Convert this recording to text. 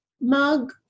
mug